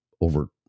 over